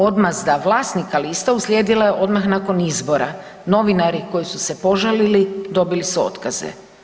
Odmazda vlasnika lista uslijedila je odmah nakon izbora, novinari koji su se požalili dobili su otkaze.